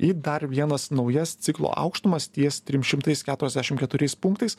į dar vienas naujas ciklo aukštumas ties trim šimtais keturiasdešim keturiais punktais